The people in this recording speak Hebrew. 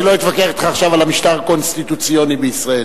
אני לא אתווכח אתך עכשיו על המשטר הקונסטיטוציוני בישראל.